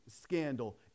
scandal